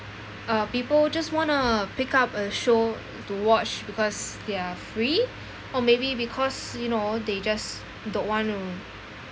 uh people just want to pick up a show to watch because they are free or maybe because you know they just don't want to